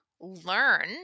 learn